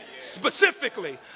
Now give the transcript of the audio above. Specifically